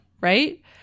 right